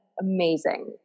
Amazing